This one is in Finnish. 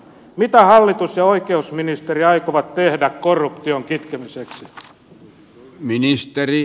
mitä hallitus ja oikeusministeri aikovat tehdä korruption kitkemiseksi